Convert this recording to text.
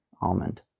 almond